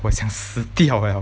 我想死掉 liao